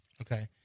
Okay